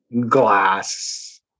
glass